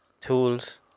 Tools